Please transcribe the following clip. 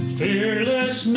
fearless